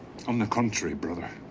on the contrary, brother.